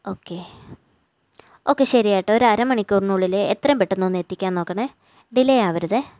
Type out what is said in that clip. okay okay ശരി കേട്ടോ ഒര് അര മണിക്കൂറിനുള്ളില് എത്രയും പെട്ടെന്ന് ഒന്ന് എത്തിക്കാന് നോക്കണെ ഡിലെ ആവരുതെ